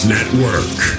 Network